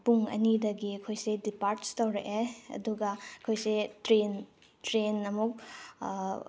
ꯄꯨꯡ ꯑꯅꯤꯗꯒꯤ ꯑꯩꯈꯣꯏꯁꯦ ꯗꯤꯄꯥꯔꯠꯁ ꯇꯧꯔꯛꯑꯦ ꯑꯗꯨꯒ ꯑꯩꯈꯣꯏꯁꯦ ꯇ꯭ꯔꯦꯟ ꯑꯃꯨꯛ